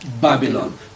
Babylon